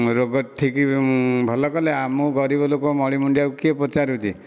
ରୋଗ ଠିକ ଭଲ କଲେ ଆମ ଗରିବ ଲୋକ ମଳିମୁଣ୍ଡିଆକୁ କିଏ ପଚାରୁଛି